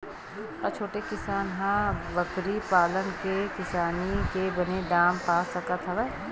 का छोटे किसान ह बकरी पाल के किसानी के बने दाम पा सकत हवय?